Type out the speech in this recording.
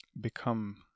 become